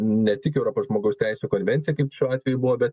ne tik europos žmogaus teisių konvencija kaip šiuo atveju buvo bet